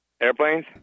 Airplanes